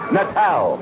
Natal